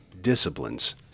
disciplines